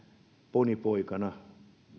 ponipoikana